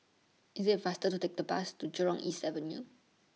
IT IS faster to Take The Bus to Jurong East Avenue